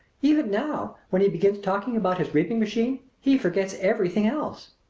even now, when he begins talking about his reaping machine he forgets everything else.